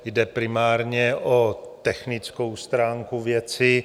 Jde primárně o technickou stránku věci.